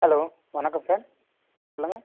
hello வணக்கம் sir சொல்லுங்கள்